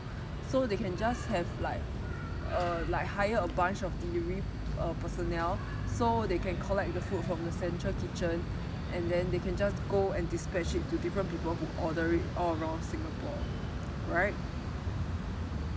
so they can just have like err like hire a bunch of delivery personnel so they can collect the food from the central kitchen and then they can just go and dispatch to different people who order it all around singapore right